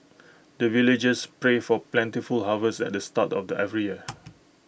the villagers pray for plentiful harvest at the start of the every year